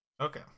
Okay